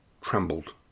trembled